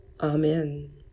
Amen